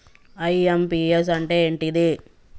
IMPS అంటే ఏంటిది?